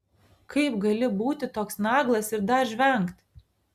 kaip gali būti toks naglas ir dar žvengt